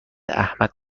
احمد